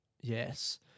Yes